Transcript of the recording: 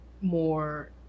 more